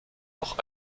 auch